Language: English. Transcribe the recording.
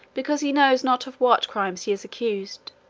because he knows not of what crimes he is accused